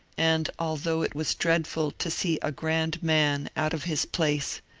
and although it was dreadful to see a g rand man out of his place,